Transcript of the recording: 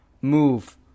move